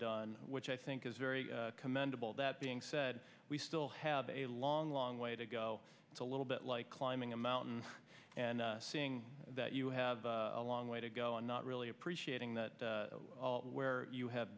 done which i think is very commendable that being said we still have a long long way to go to a little bit like climbing a mountain and seeing that you have a long way to go and not really appreciating that where you have